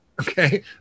okay